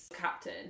captain